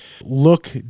look